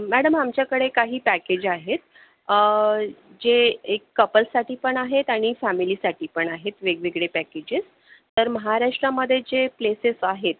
madam आमच्याकडे काही package आहेत जे एक कपलसाठी पण आहेत आणि फॅमिलीसाठी पण आहेत वेगवेगळे पॅकेजेस तर महाराष्ट्रामध्ये जे प्लेसेस आहेत